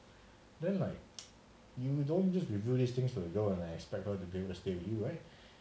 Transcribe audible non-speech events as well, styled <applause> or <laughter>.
then like <noise> you don't just reveal these things to your girl and expect her to stay with you right